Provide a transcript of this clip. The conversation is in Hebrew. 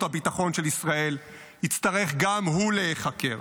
הביטחון של ישראל יצטרך גם הוא להיחקר.